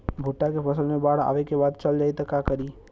भुट्टा के फसल मे बाढ़ आवा के बाद चल जाई त का करी?